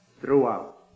throughout